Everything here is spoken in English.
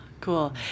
Cool